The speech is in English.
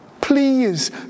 Please